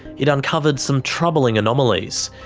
it uncovered some troubling anomalies.